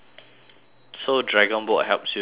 so dragon boat helps you de-stress